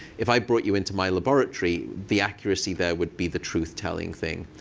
if i brought you into my laboratory, the accuracy there would be the truth-telling thing.